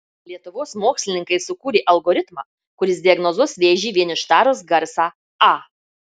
lietuvos mokslininkai sukūrė algoritmą kuris diagnozuos vėžį vien ištarus garsą a